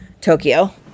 Tokyo